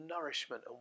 nourishment